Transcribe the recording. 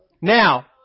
Now